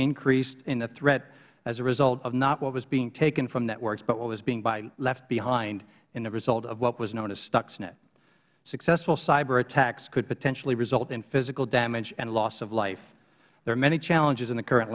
increase in the threat as a result of not what was being taken from networks but what was being left behind in the result of what was known as stuxnet successful cyber attacks could potentially result in physical damage and loss of life there are many challenges in the current